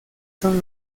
son